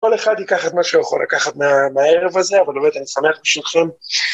‫כל אחד ייקח את מה שהוא יכול לקחת ‫מהערב הזה, ‫אבל באמת, אני שמח בשבילכם.